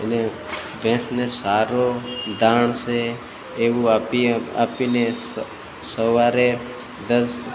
એને ભેંસને ચારો દાણ છે એવું આપી એ આપીને સવારે દસ